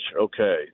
okay